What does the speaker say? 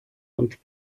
und